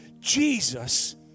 Jesus